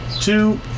two